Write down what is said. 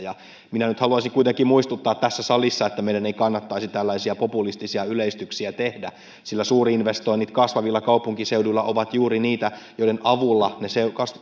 minä nyt haluaisin kuitenkin muistuttaa tässä salissa että meidän ei kannattaisi tällaisia populistisia yleistyksiä tehdä sillä suurinvestoinnit kasvavilla kaupunkiseuduilla ovat juuri niitä joiden avulla ne